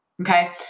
Okay